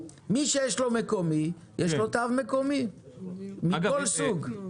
מי שיש לו מקומי, יש לו תו מקומי מכל סוג.